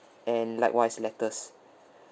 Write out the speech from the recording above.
and likewise lettuce